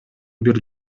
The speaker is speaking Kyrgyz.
бир